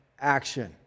action